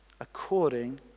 according